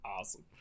Awesome